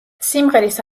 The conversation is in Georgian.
სიმღერის